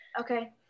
Okay